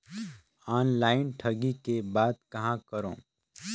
Online ठगी के बाद कहां करों?